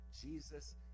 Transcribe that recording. Jesus